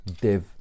div